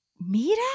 mira